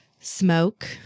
smoke